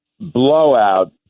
blowout